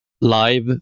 Live